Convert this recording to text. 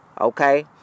Okay